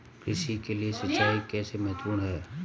कृषि के लिए सिंचाई कैसे महत्वपूर्ण है?